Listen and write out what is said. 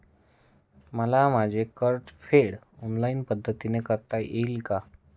मला माझे कर्जफेड ऑनलाइन पद्धतीने करता येईल का?